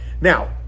now